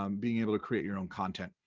um being able to create your own content.